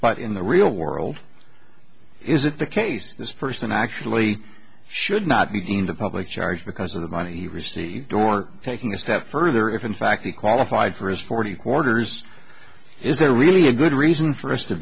but in the real world is it the case this person actually should not be deemed a public charge because of the money he received or taking a step further if in fact he qualified for his forty quarters is there really a good reason for us to